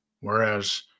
Whereas